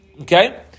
Okay